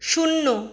শূন্য